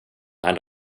and